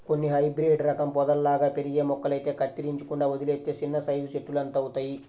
కొన్ని హైబ్రేడు రకం పొదల్లాగా పెరిగే మొక్కలైతే కత్తిరించకుండా వదిలేత్తే చిన్నసైజు చెట్టులంతవుతయ్